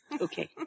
Okay